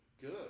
good